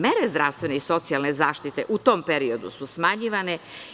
Mere zdravstvene i socijalne zaštite u tom periodu su smanjivane.